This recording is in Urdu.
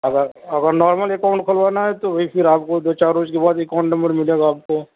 اگر اگر نارمل اکاؤنٹ کھلوانا ہے تو بھائی پھر آپ کو دو چار روز کے بعد اکاؤنٹ نمبر ملے گا آپ کو